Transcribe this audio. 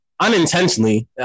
unintentionally